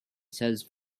sells